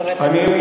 חבר הכנסת דב חנין,